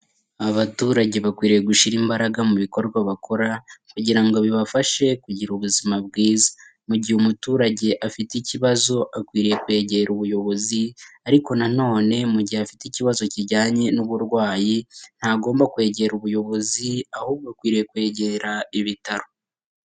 Abaturage bakwiriye gushyira imbaraga mu bikorwa bakora, kugira ngo bibafashe kugira ubuzima bwiza. Mu gihe umuturage afite ikibazo akwiriye kwegera ubuyobozi, ariko na none mu gihe afite ikibazo kijyanye n'uburwayi, ntagomba kwegera ubuyobozi ahubwo akwiriye kwegera ibitaro.